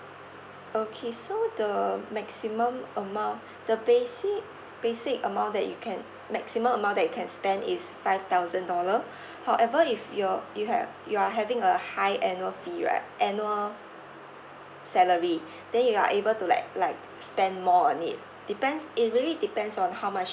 okay so the maximum amount the basic basic amount that you can maximum amount that you can spend is five thousand dollar however if you're you have you're having a high annual fee right annual salary then you are able to like like spend more on it depends it really depends on how much